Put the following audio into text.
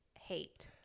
hate